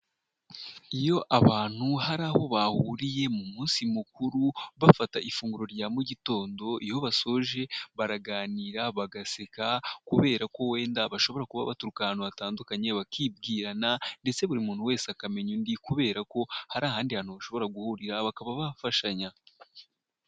Iyo abantu hari aho bahuriye mu munsi mukuru bafata ifunguro rya mu gitondo, iyo basoje baraganira, bagaseka, kubera ko wenda bashobora kuba baturuka ahantu hatandukanye, bakibwirana ndetse buri muntu wese akamenya undi, kubera ko hari ahandi hantu bashobora guhurira, bakaba bafashanya.